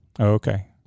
Okay